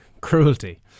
Cruelty